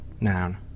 noun